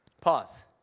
Pause